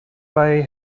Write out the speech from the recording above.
bei